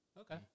Okay